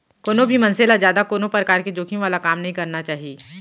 कोनो भी मनसे ल जादा कोनो परकार के जोखिम वाला काम नइ करना चाही